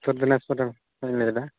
ᱩᱛᱛᱚᱨ ᱫᱤᱱᱟᱡᱯᱩᱨ ᱞᱟᱹᱭᱮᱫᱟ